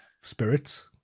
spirits